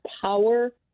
power